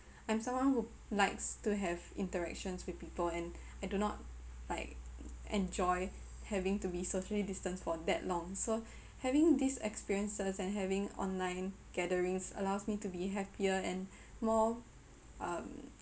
I'm someone who likes to have interactions with people and I do not like enjoy having to be socially distanced for that long so having this experiences and having online gatherings allows me to be happier and more um